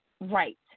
right